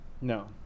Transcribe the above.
No